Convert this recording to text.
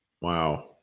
Wow